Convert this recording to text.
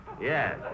Yes